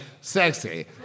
sexy